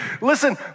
Listen